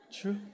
True